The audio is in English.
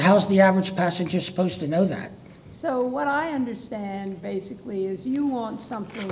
is the average passenger supposed to know that so what i understand basically you want something